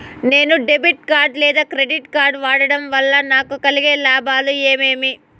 నేను debit card లేదా credit card వాడడం వల్ల నాకు కలిగే లాభాలు ఏమేమీ?